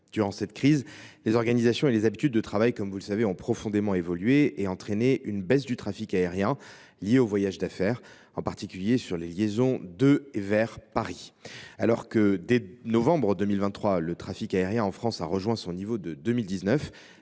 Durant cette crise, les organisations et les habitudes de travail ont – vous le savez – profondément évolué et entraîné une baisse du trafic aérien lié au voyage d’affaires, en particulier sur les liaisons de et vers Paris. Alors que, dès novembre 2023, le trafic aérien en France a retrouvé son niveau de 2019,